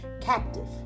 captive